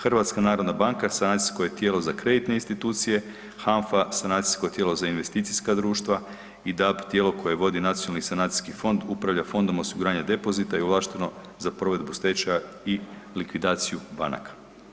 HNB sanacijsko je tijelo za kreditne institucije, HANFA sanacijsko tijelo za investicijska društva i DAB tijelo vodi nacionalni sanacijski fond, upravlja fondom osiguranja depozita i ovlašteno za provedbu stečaja i likvidaciju banaka.